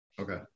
okay